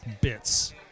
bits